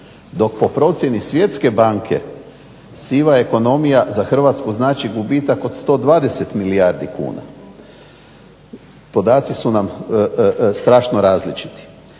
Dok po procjeni Svjetske banke siva ekonomija za Hrvatsku znači gubitak od 120 milijardi kuna. Podaci su nam strašno različiti.